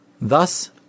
Thus